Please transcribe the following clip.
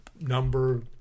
number